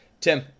Tim